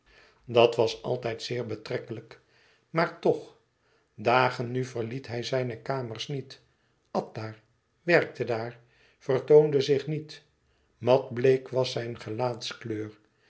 dat was altijd zeer betrekkelijk maar toch dagen nu verliet hij zijne kamers niet at daar werkte daar vertoonde zich niet matbleek was zijn